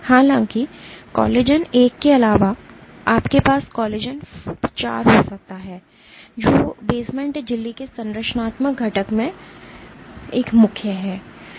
हालांकि कोलेजन एक के अलावा आपके पास कोलेजन IV हो सकता है जो बेसमेंट झिल्ली के एक संरचनात्मक घटक में एक मुख्य है